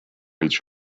each